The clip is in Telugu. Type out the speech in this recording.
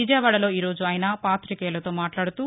విజయవాడలో ఈ రోజు ఆయన పాతికేయులతో మాట్లాదుతూ